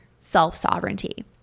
self-sovereignty